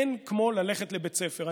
אין כמו ללכת לבית ספר.